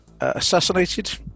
assassinated